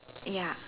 ya